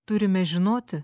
turime žinoti